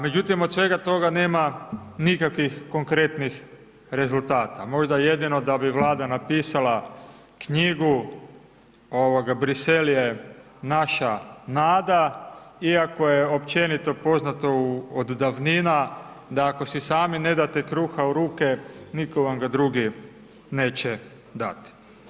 Međutim, od svega toga nema nikakvih konkretnih rezultata, možda jedino da bi Vlada napisala knjigu „Brisel je naša nada“ iako je općenito poznato od davnina da ako si sami ne date kruha u ruke, nitko vam ga drugi neće dati.